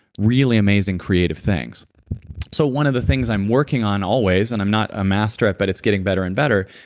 really amazing, creative things so one of the things i'm working on always, and i'm not a master at it, but it's getting better and better,